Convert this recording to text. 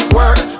work